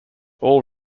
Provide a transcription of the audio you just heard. all